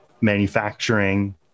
manufacturing